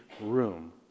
room